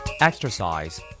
Exercise